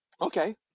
Okay